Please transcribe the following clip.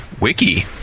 wiki